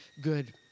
good